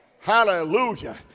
Hallelujah